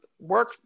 work